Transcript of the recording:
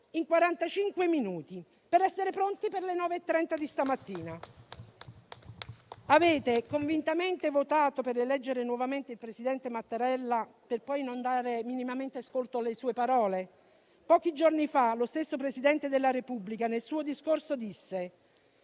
minuti per essere pronti per le 9,30 di stamattina. Avete convintamente votato per eleggere nuovamente il presidente Mattarella per poi non dare minimamente ascolto alle sue parole? Pochi giorni fa lo stesso Presidente della Repubblica nel suo discorso ha